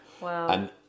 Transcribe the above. Wow